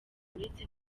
uretse